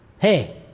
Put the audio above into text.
Hey